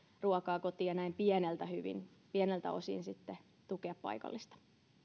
ruokaa kotiin ja näin pieneltä osin sitten tuen paikallista